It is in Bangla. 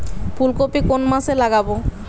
ফুলকপি কোন মাসে লাগাবো?